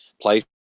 play